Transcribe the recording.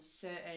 certain